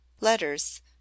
letters